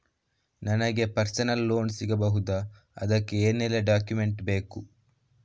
ನನಗೆ personal loan ಸಿಗಬಹುದ ಅದಕ್ಕೆ ಏನೆಲ್ಲ ಡಾಕ್ಯುಮೆಂಟ್ ಬೇಕು?